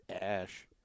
ash